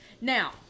now